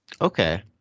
Okay